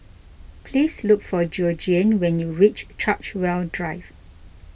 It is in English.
please look for Georgiann when you reach Chartwell Drive